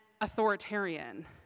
authoritarian